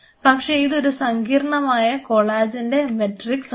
പക്ഷേ ഇതൊരു സങ്കീർണമായ കൊളാജന്റെ മെട്രിക്സ് ആണ്